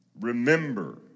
Remember